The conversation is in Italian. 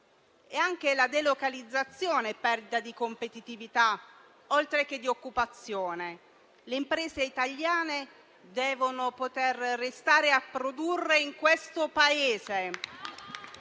Anche la delocalizzazione è perdita di competitività, oltre che di occupazione: le imprese italiane devono poter restare a produrre in questo Paese.